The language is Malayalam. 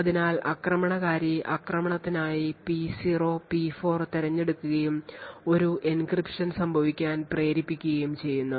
അതിനാൽ ആക്രമണകാരി ആക്രമണത്തിനായി P0 P4 തിരഞ്ഞെടുക്കുകയും ഒരു എൻക്രിപ്ഷൻ സംഭവിക്കാൻ പ്രേരിപ്പിക്കുകയും ചെയ്യുന്നു